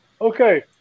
okay